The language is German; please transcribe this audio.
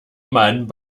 man